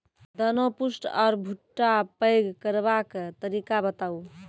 दाना पुष्ट आर भूट्टा पैग करबाक तरीका बताऊ?